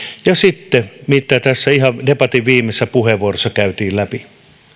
ja sitten se mitä tässä ihan debatin viimeisessä puheenvuorossa käytiin läpi